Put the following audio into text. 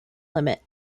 limit